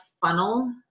funnel